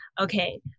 Okay